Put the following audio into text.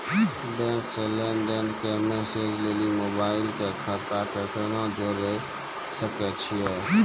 Bank से लेंन देंन के मैसेज लेली मोबाइल के खाता के केना जोड़े सकय छियै?